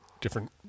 different